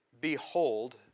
Behold